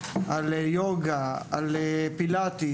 הנינג'ה; על יוגה; על פילאטיס.